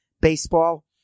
baseball